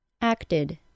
acted